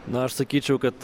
na aš sakyčiau kad